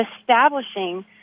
establishing